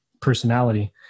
personality